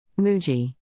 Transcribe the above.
Muji